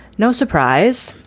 no surprise,